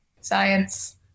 Science